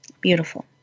Beautiful